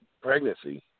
pregnancy